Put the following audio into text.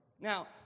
Now